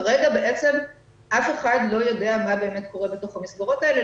כרגע בעצם אף אחד לא יודע מה באמת קורה בתוך המסגרות האלה,